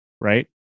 Right